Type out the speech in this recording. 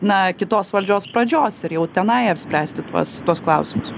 na kitos valdžios pradžios ir jau tenai apspręsti tuos tuos klausimus